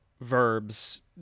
verbs